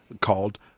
called